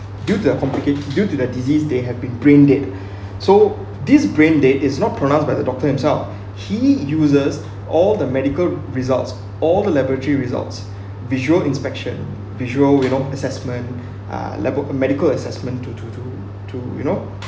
due to the complicate due to the disease they have been brain dead so this brain dead is not pronounced by the doctor himself he uses all the medical results all the laboratory results visual inspection visual you know assessment uh level a medical assessment to to to to you know